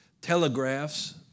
telegraphs